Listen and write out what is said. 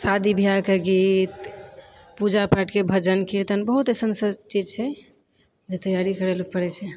शादी ब्याहके गीत पूजा पाठके भजन कीर्तन बहुत ऐसन चीज छै जे तैयारी करय ले पड़य छे